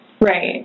Right